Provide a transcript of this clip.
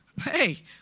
Hey